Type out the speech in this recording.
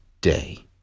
day